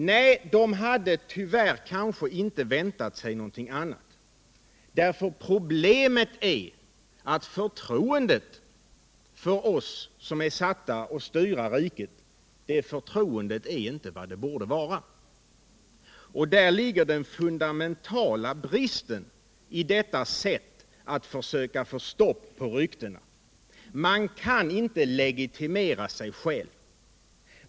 Nej, tyvärr hade man kanske inte väntat sig någonting annat. Problemet är nämligen att förtroendet för oss som är satta att styra riket inte är vad det borde vara. Och där ligger den fundamentala bristen i detta sätt att försöka få stopp på ryktena. Man kan inte legitimera sig själv.